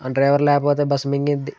ఆ డ్రైవర్ లేకపోతే బస్సు మింగిద్ది